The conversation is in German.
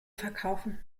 verkaufen